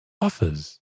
offers